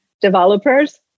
developers